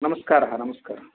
नमस्कारः नमस्कारः